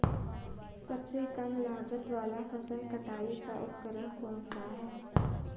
सबसे कम लागत वाला फसल कटाई का उपकरण कौन सा है?